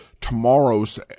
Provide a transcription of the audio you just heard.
tomorrow's